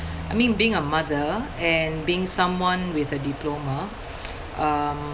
I mean being a mother and being someone with a diploma uh